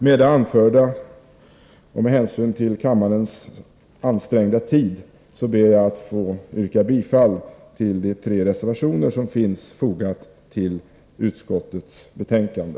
Med hänsyn till kammarens ansträngda tid ber jag att med det anförda få yrka bifall till de tre reservationer som fogats till utskottets betänkande.